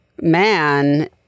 man